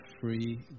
free